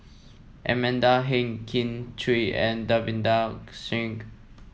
Amanda Heng Kin Chui and Davinder Singh